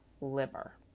liver